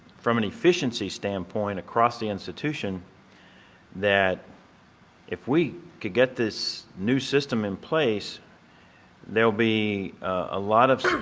from an efficiency standpoint across the institution that if we could get this new system in place there will be a lot of